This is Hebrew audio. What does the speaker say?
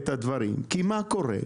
מה קורה?